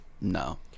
No